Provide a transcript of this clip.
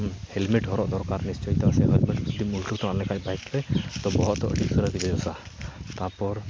helmet ᱦᱚᱨᱚᱜ ᱫᱚᱨᱠᱟᱨ ᱵᱟᱭᱤᱠᱛᱮ ᱛᱟᱯᱚᱨ